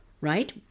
Right